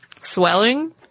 Swelling